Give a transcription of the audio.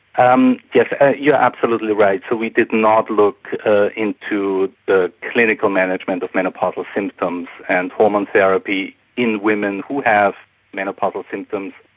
um yes, ah you're absolutely right, so we did not look into the clinical management of menopausal symptoms and if hormone therapy in women who have menopausal symptoms